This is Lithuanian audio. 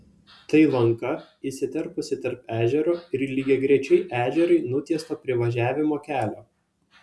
tai lanka įsiterpusi tarp ežero ir lygiagrečiai ežerui nutiesto privažiavimo kelio